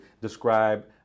describe